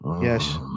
Yes